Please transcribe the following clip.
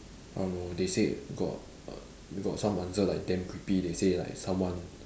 uh no they say got err got some answer like damn creepy they say like someone